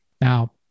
Now